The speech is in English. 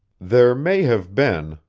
there may have been,